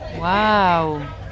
Wow